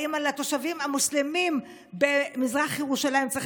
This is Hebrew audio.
האם על התושבים המוסלמים במזרח ירושלים צריך